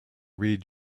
read